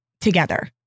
together